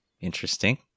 Interesting